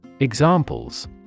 Examples